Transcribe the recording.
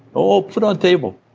oh, put on table.